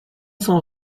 cent